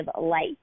light